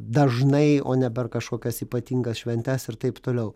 dažnai o ne per kažkokias ypatingas šventes ir taip toliau